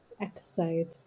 episode